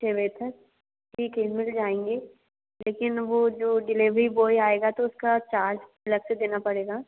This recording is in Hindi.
छः बजे तक ठीक है मिल जाएंगे लेकिन वो जो डिलेवरी बॉय आएगा तो उसका चार्ज अलग से देना पड़ेगा